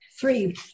Three